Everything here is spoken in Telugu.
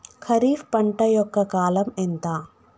ఖరీఫ్ పంట యొక్క కాలం ఎంత?